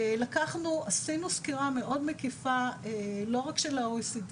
עשינו סקירה מאוד מקיפה לא רק של ה-OECD